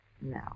No